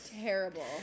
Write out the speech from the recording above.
terrible